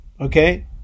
Okay